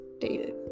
dated